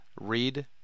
read